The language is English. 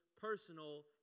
personal